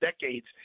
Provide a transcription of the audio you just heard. decades